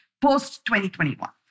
post-2021